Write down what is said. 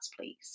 please